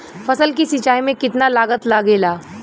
फसल की सिंचाई में कितना लागत लागेला?